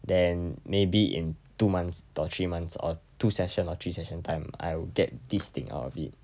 then maybe in two months or three months or two session or three session time I'll get this thing out of it